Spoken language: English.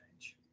change